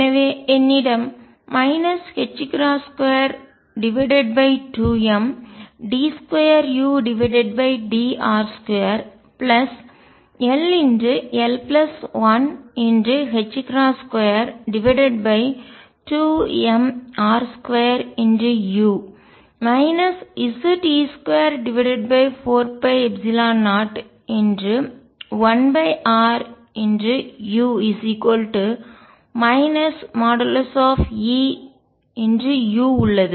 எனவே என்னிடம் 22md2udr2 ll122mr2u Ze24π01ru |E|u உள்ளது